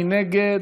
מי נגד?